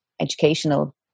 educational